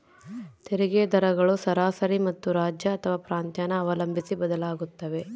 ತೆರಿಗೆ ದರಗಳು ಸರಾಸರಿ ಮತ್ತು ರಾಜ್ಯ ಅಥವಾ ಪ್ರಾಂತ್ಯನ ಅವಲಂಬಿಸಿ ಬದಲಾಗುತ್ತವೆ